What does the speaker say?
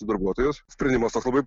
darbuotojus sprendimas toks labai